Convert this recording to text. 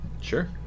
Sure